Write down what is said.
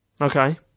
Okay